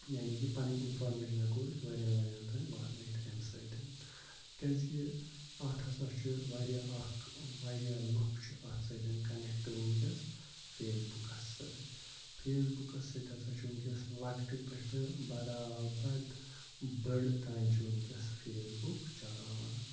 یعنے کہِ پَنٕنۍ اِنفارمیشَن ہٮ۪کو أسۍ واریاہَن واریاہَن تانۍ واتنٲوِتھ اَمہِ سۭتۍ کیٛازِکہِ اَتھ ہَسا چھُ واریاہ اَکھ واریاہ لُکھ چھِ اَتھ سۭتۍ کَنٮ۪کٹہٕ وٕنکٮ۪س فیس بُکَس سۭتۍ فیس بُکَس سۭتۍ ہَسا چھُ وٕنکٮ۪س لۄکٹہِ پٮ۪ٹھٕ برابد بٔڑۍ تانۍ چھِ وٕنکٮ۪س فیس بُک چلاوان